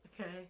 Okay